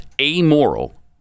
amoral